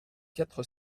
quatre